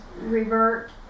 revert